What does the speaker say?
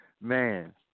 Man